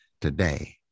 Today